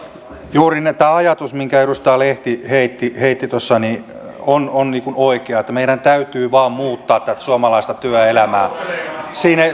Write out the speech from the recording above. juuri tämä ajatus minkä edustaja lehti heitti heitti tuossa on on oikea että meidän täytyy vain muuttaa tätä suomalaista työelämää siinä